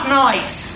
nights